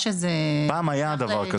פעם היה דבר כזה.